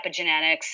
epigenetics